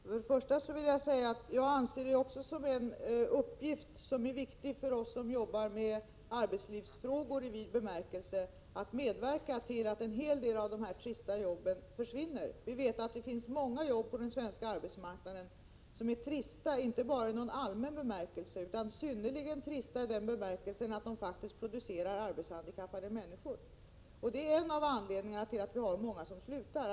Fru talman! Jag anser också att det är en viktig uppgift för oss som arbetar med arbetslivsfrågor i vid bemärkelse att medverka till att en hel del av dessa trista jobb försvinner. Det finns många jobb på den svenska arbetsmarknaden som är trista inte bara i allmän bemärkelse, utan synnerligen trista i den bemärkelsen att de faktiskt producerar arbetshandikappade människor. Det är en av anledningarna till att många slutar.